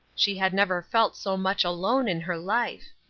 she had never felt so much alone in her life.